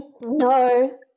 No